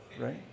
right